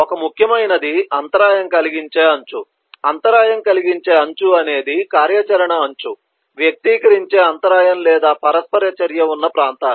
ఒక ముఖ్యమైనది అంతరాయం కలిగించే అంచు అంతరాయం కలిగించే అంచు అనేది కార్యాచరణ అంచు వ్యక్తీకరించే అంతరాయం లేదా పరస్పర చర్య ఉన్న ప్రాంతాలు